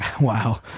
Wow